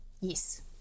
Yes